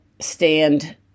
stand